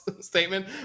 statement